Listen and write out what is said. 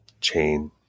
chain